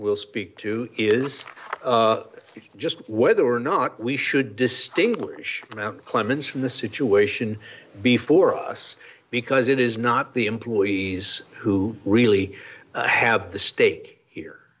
will speak to is just whether or not we should distinguish mt clemens from the situation before us because it is not the employees who really have the stak